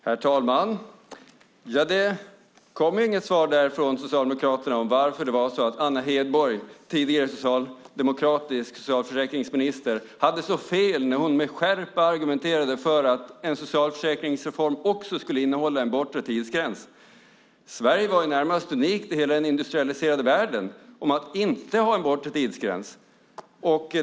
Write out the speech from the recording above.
Herr talman! Det kom inget svar från Socialdemokraterna om varför Anna Hedborg, tidigare socialdemokratisk socialförsäkringsminister, hade så fel när hon med skärpa argumenterade för att en socialförsäkringsreform också skulle innehålla en bortre tidsgräns. Sverige var närmast unikt i hela den industrialiserade världen om att inte ha en bortre tidsgräns.